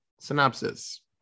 synopsis